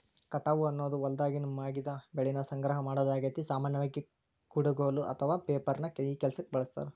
ಕಟಾವು ಅನ್ನೋದು ಹೊಲ್ದಾಗಿನ ಮಾಗಿದ ಬೆಳಿನ ಸಂಗ್ರಹ ಮಾಡೋದಾಗೇತಿ, ಸಾಮಾನ್ಯವಾಗಿ, ಕುಡಗೋಲು ಅಥವಾ ರೇಪರ್ ನ ಈ ಕೆಲ್ಸಕ್ಕ ಬಳಸ್ತಾರ